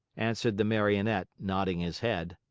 answered the marionette, nodding his head.